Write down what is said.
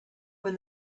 when